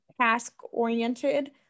task-oriented